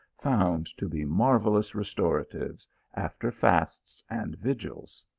found to be marvellous restoratives after fasts and vigils.